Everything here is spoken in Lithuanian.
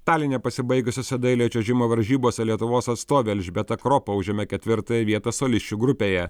taline pasibaigusiose dailiojo čiuožimo varžybose lietuvos atstovė elžbieta kropa užėmė ketvirtąją vietą solisčių grupėje